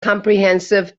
comprehensive